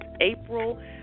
April